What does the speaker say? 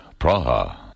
Praha